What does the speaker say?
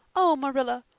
oh, marilla,